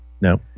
No